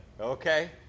okay